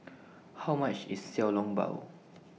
How much IS Xiao Long Bao